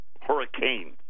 Hurricane